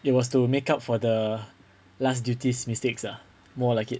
it was to make up for the last duties mistakes ah more like it